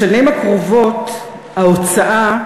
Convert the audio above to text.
בשנים הקרובות ההוצאה,